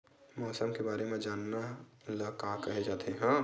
मौसम के बारे म जानना ल का कहे जाथे?